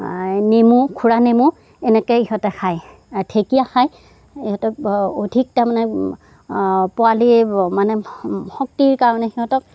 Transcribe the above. নেমু নেমু এনেকে ইহঁতে খায় ঢেঁকীয়া খায় ইহঁতক অধিক তাৰমানে পোৱালি মানে শক্তিৰ কাৰণে সিহঁতক